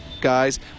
guys